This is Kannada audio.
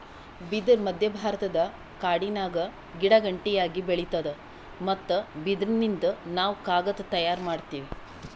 ಬಿದಿರ್ ಮಧ್ಯಭಾರತದ ಕಾಡಿನ್ಯಾಗ ಗಿಡಗಂಟಿಯಾಗಿ ಬೆಳಿತಾದ್ ಮತ್ತ್ ಬಿದಿರಿನಿಂದ್ ನಾವ್ ಕಾಗದ್ ತಯಾರ್ ಮಾಡತೀವಿ